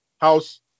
house